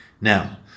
Now